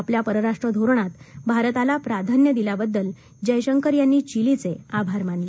आपल्या परराष्ट्र धोरणात भारताला प्राधान्य दिल्याबद्दल जयशंकर यांनी चिलीचे आभार मानले